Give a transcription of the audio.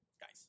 Guys